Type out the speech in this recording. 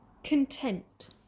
content